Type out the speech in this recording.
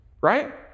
right